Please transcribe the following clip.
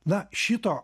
na šito